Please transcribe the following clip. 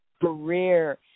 career